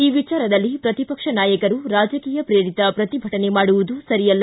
ಈ ವಿಚಾರದಲ್ಲಿ ಪ್ರತಿಪಕ್ಷ ನಾಯಕರು ರಾಜಕೀಯ ಪ್ರೇರಿತ ಪ್ರತಿಭಟನೆ ಮಾಡುವುದು ಸರಿಯಲ್ಲ